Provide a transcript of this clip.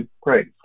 great